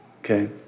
Okay